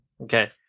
Okay